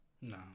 No